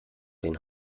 den